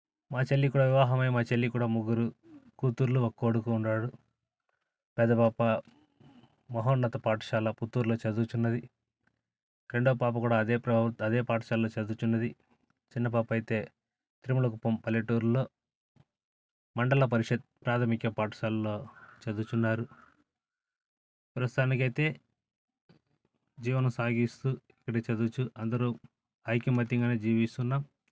మా చెల్లి కూడా వివాహమై మా చెల్లి కూడా ముగ్గురు కూతుర్లు ఒక కొడుకు ఉన్నాడు పెద్ద పాప మహోన్నత పాఠశాల పుత్తూరులో చదువుతున్నది రెండో పాప కూడా అదే పా అదే పాఠశాలలో చదువుతు న్నది చిన్న పాప అయితే తిరుమల కుప్పం పల్లెటూరులో మండల పరిషత్ ప్రాథమిక పాఠశాలలో చదువుతున్నారు ప్రస్తుతానికి అయితే జీవనం సాగిస్తు ఇక్కడే చదువుతు అందరు ఐకమత్యంగానే జీవిస్తున్నాం